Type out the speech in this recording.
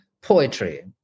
poetry